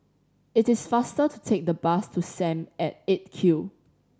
it is faster to take the bus to Sam at Eight Q